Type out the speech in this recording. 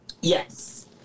Yes